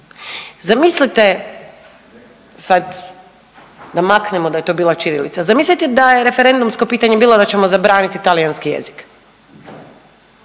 Zamislite sad da maknemo da je to bila ćirilica, zamislite da je referendumsko pitanje bilo da ćemo zabraniti talijanski jezik.